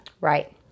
right